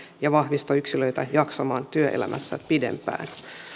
ja vahvista yksilöitä jaksamaan työelämässä pidempään